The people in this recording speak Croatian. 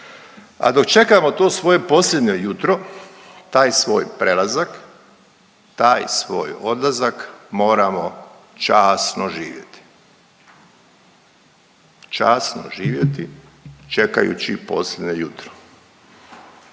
A dok čekamo to svoje posljednje jutro, taj svoj prelazak, taj svoj odlazak, moramo časno živjeti, časno živjeti čekajući posljednje jutro.